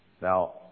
Now